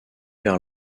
vers